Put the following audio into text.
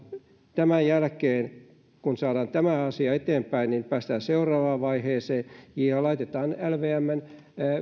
sen jälkeen kun saadaan tämä asia eteenpäin päästään seuraavaan vaiheeseen ja laitetaan lvmn